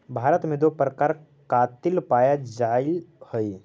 भारत में दो प्रकार कातिल पाया जाईल हई